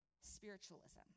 spiritualism